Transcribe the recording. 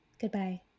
goodbye